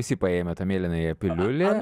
visi paėmę tą mėlynąją piliulę